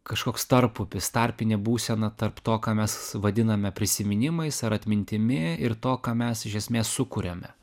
kažkoks tarpupis tarpinė būsena tarp to ką mes vadiname prisiminimais ar atmintimi ir to ką mes iš esmės sukuriame